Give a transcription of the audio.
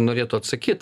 norėtų atsakyt